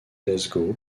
glasgow